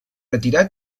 retirà